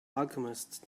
alchemists